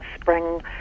Spring